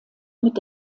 mit